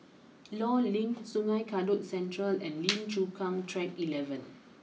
Law Link Sungei Kadut Central and Lim Chu Kang Track eleven